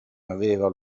aveva